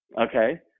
okay